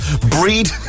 breed